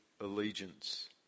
allegiance